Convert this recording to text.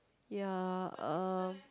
ya uh